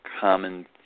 common